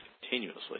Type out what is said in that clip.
continuously